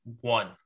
one